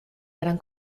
gran